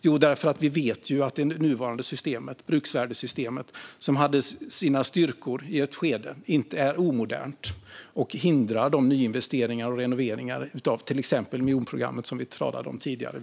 Jo, därför att vi vet att det nuvarande systemet, bruksvärdessystemet, som hade sina styrkor i ett skede, är omodernt och hindrar de nyinvesteringar och renoveringar av exempelvis miljonprogrammet som vi talade om tidigare.